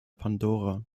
pandora